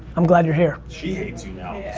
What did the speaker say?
i'm glad you're here. she hates you now.